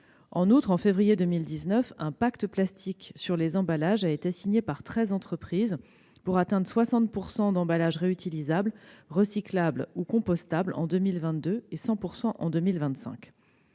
En outre, en février dernier, un pacte plastique sur les emballages a été signé par treize entreprises, pour atteindre 60 % d'emballages réutilisables, recyclables ou compostables en 2022, puis 100 % en 2025.